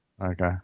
Okay